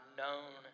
known